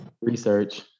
research